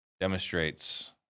demonstrates